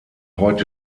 heute